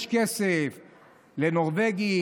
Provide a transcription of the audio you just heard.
יש כסף לנורבגים,